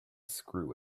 screw